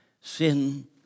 sin